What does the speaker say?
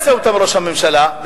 וראש הממשלה לא יישם אותן,